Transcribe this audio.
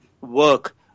work